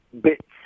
bits